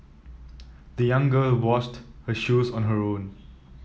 the young girl washed her shoes on her own